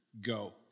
Go